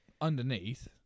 underneath